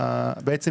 בעצם,